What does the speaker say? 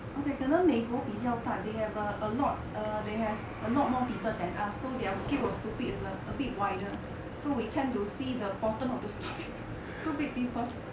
okay 可能美国比较大 they have err a lot err they have a lot more people than us so their skill of stupid is a bit wider so we tend to see the bottom of the stupid stupid people